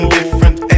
different